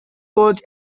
coach